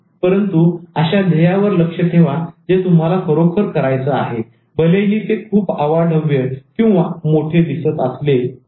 परंतु अश्या ध्येयावर लक्ष ठेवा जे तुम्हाला खरोखर करायचं आहे भलेही ते खूप अवाढव्य मोठे दिसत असले तरी